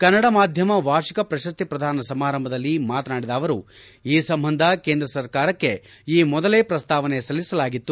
ಕನ್ನಡ ಮಾಧ್ಯಮ ವಾರ್ಷಿಕ ಪ್ರಶಸ್ತಿ ಪ್ರಧಾನ ಸಮಾರಂಭದಲ್ಲಿ ಮಾತನಾಡಿದ ಅವರು ಈ ಸಂಬಂಧ ಕೇಂದ್ರ ಸರ್ಕಾರಕ್ಕೆ ಈ ಮೊದಲೇ ಪ್ರಸ್ತಾವನೆ ಸಲ್ಲಿಸಲಾಗಿತ್ತು